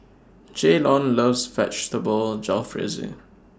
Jaylon loves Vegetable Jalfrezi